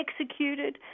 executed